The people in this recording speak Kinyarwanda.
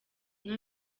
nka